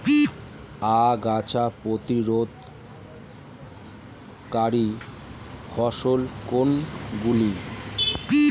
আগাছা প্রতিরোধকারী ফসল কোনগুলি?